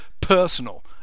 personal